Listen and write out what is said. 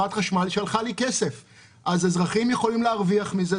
אז אזרחים יכולים להרוויח מזה.